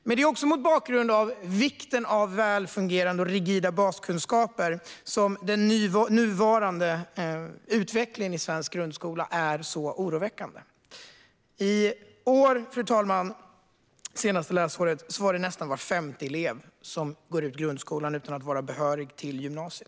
Det är också mot bakgrund av vikten av väl fungerande och gedigna baskunskaper som den nuvarande utvecklingen i svensk grundskola är så oroväckande. Det senaste läsåret var det, fru talman, nästan var femte elev som gick ut grundskolan utan att vara behörig till gymnasiet.